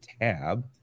tab